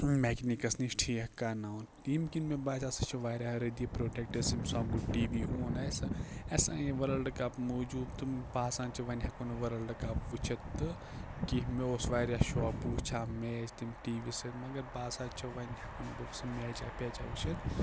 میٚکنِکَس نِش ٹھیٖک کَرناوُن ییٚمہِ کِنۍ مےٚ باسٮ۪و سُہ چھُ واریاہ رٔدی products Samsung TV اوٚن اَسہِ اَسہِ آنے ؤرلڈٕ کَپ موٗجوٗب تہٕ باسان چھُ وۅنۍ ہیٚکو نہٕ ؤرلڈٕ کَپ وُچھِتھ تہٕ کیٚنٛہہ مےٚ اوس واریاہ شوق بہٕ وُچھٕ ہا میچ تَمہِ ٹی وی سۭتۍ مگر باسان چھُ وۅنۍ ہیٚکو نہٕ بہٕ سُہ میچا پیچا وُچھِتھ